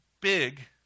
big